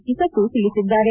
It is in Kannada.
ಕಿಸಕು ತಿಳಿಸಿದ್ದಾರೆ